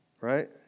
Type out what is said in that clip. Right